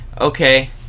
Okay